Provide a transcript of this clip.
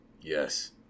Yes